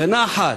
בנחת.